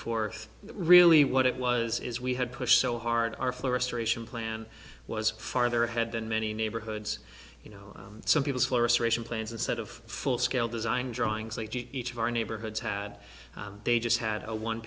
forth really what it was is we had pushed so hard our florist ration plan was farther ahead than many neighborhoods you know some people's forest ration plans instead of full scale design drawings like each of our neighborhoods had they just had a one